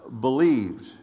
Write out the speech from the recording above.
believed